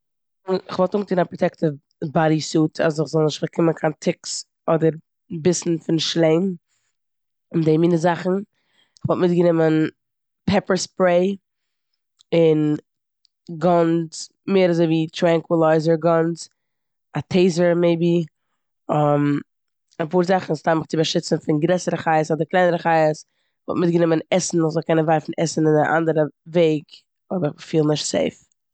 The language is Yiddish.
כ'וואלט אנגעטון א פראטעקטיוו באדי סוט אז כ'זאל נישט באקומען קיין טיקס אדער ביסן פון שלענג און די מינע זאכן. כ'וואלט מיטגענומען פעפער ספרעי און גאנס, מער אזויווי טרענקווילייזער גאנס, א טעיזער מעיבי. אפאר זאכן סתם מיך צו באשוצן פון גרעסערע חיות אדער קלענערע חיות. כ'וואלט מיטגענומען עסן כ'זאל קענען ווארפן עסן און די אנדערע וועג אויב איך פיל נישט סעיף.